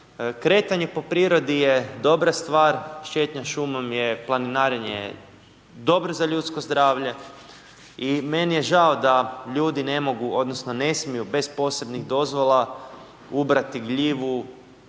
Kretanje po prirodi je dobra stvar, šetnja šumom, planiranje je dobro za ljudsko zdravlje i meni je žao da ljudi ne mogu odnosno ne smiju bez posebnih dozvola ubrati gljivu